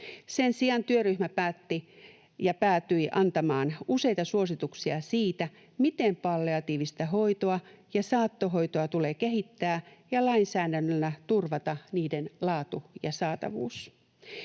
Sen sijaan työryhmä päätyi antamaan useita suosituksia siitä, miten palliatiivista hoitoa ja saattohoitoa tulee kehittää ja lainsäädännöllä turvata niiden laatu ja saatavuus.